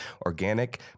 organic